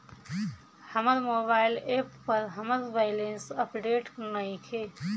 हमर mobile app पर हमर बैलेंस अपडेट नइखे